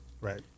right